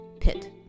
pit